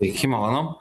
sveiki malonu